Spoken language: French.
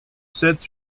sept